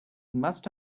must